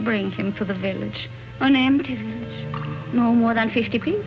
bring him to the village more than fifty